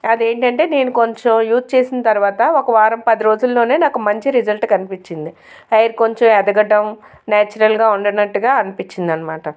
అదేంటంటే నేను కొంచెం యూజ్ చేసిన తర్వాత ఒక వారం పది రోజుల్లోనే నాకు మంచి రిజల్ట్ కనిపించింది హెయిర్ కొంచెం ఎదగటం నేచురల్గా ఉన్నట్టుగా అనిపించింది అనమాట